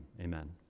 amen